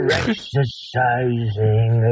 exercising